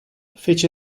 fece